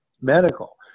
medical